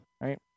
Right